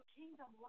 kingdom